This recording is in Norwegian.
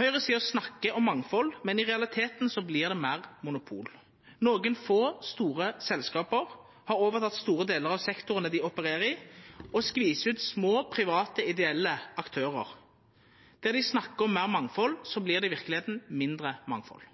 Høgresida snakkar om mangfald, men i realiteten vert det meir monopol. Nokre få store selskap har overteke store delar av sektorane dei opererer i, og skvisar ut små private ideelle aktørar. Der dei snakkar om meir mangfald, vert det i verkelegheita mindre mangfald.